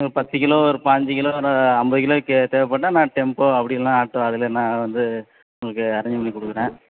ஒரு பத்து கிலோ ஒரு பாஞ்சு கிலோ ஒரு ஐம்பது கிலோ கே தேவைப்பட்டா நான் டெம்போ அப்படி இல்லைனா ஆட்டோ அதில் நான் வந்து உங்களுக்கு அரேஞ்ச் பண்ணி கொடுக்கறேன்